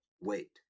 wait